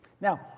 Now